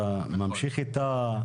אתה ממשיך איתה?